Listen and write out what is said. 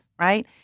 Right